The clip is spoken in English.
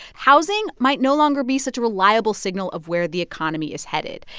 housing might no longer be such a reliable signal of where the economy is headed.